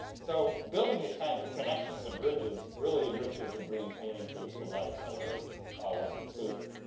so building these kinds of connections and bridges really enriches and brings meaning to to life, however one pursues it.